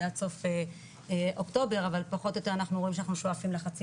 זה עד סוף אוקטובר אבל פחות או יותר אנחנו רואים שאנחנו שואפים לחצי